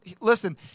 listen